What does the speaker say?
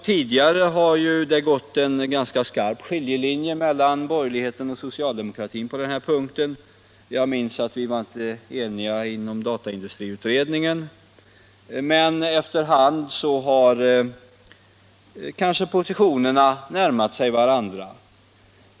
Tidigare har det gått en ganska skarp skiljelinje mellan borgerligheten och socialdemokratin på den här punkten — jag minns att vi inte var eniga inom dataindustriutredningen — men efter hand har kanske positionerna närmat sig varandra.